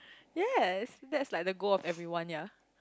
yes that's like the goal of everyone ya